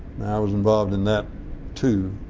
now i was involved in that too,